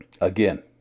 again